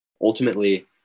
ultimately